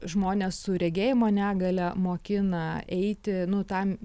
žmones su regėjimo negalia mokina eiti nu tam